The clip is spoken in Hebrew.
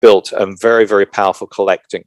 Built and very very powerful collecting